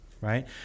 right